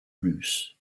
reus